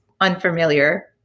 unfamiliar